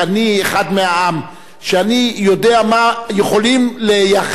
ואני יודע מה יכולים לייחס לך כאשר אתה שואל,